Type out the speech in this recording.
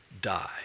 die